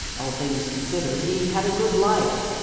all things considered, he had a good life.